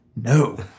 No